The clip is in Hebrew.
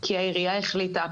כי העירייה החליטה,